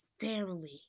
family